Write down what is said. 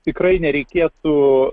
tikrai nereikėtų